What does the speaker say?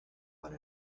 one